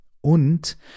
Und